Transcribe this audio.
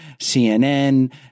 CNN